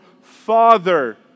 father